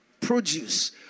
produce